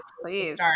please